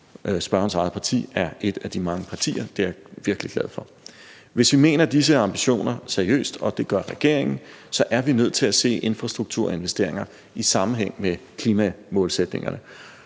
Spørgerens eget parti er et af de mange partier. Det er jeg virkelig glad for. Hvis vi mener disse ambitioner seriøst, og det gør regeringen, så er vi nødt til at se infrastrukturinvesteringer i sammenhæng med klimamålsætningerne.